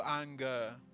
anger